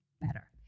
better